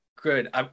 Good